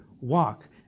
Walk